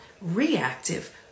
reactive